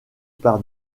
par